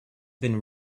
been